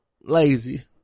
lazy